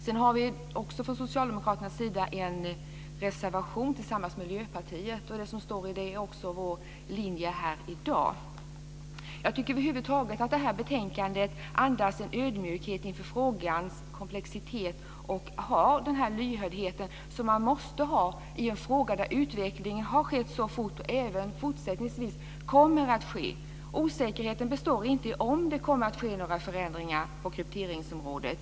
Sedan har vi också från socialdemokraternas sida en reservation tillsammans med Miljöpartiet. Det som står i den är också vår linje här i dag. Jag tycker över huvud taget att det här betänkandet andas en ödmjukhet inför frågans komplexitet. Det har den lyhördhet som man måste ha i en fråga där utvecklingen har skett så fort och även kommer att göra det i fortsättningen. Osäkerheten består inte i om det kommer att ske några förändringar på krypteringsområdet.